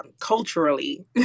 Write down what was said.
culturally